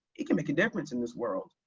it can make a difference in this world.